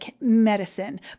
medicine